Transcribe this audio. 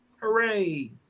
Hooray